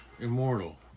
immortal